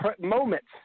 moments